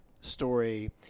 story